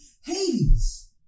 Hades